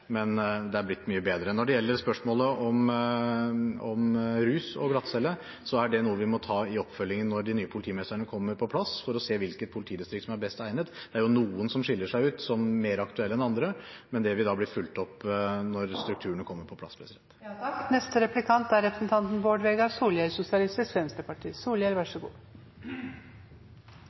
men det er blitt mye bedre. Når det gjelder spørsmålet om rus og glattcelle, er det noe vi må ta i oppfølgingen når de nye politimesterne kommer på plass, for å se hvilket politidistrikt som er best egnet. Det er jo noen som skiller seg ut som mer aktuelle enn andre, men det vil bli fulgt opp når strukturene kommer på plass. Justisfeltet er